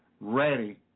Ready